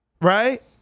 right